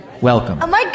welcome